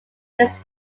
his